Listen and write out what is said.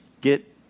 get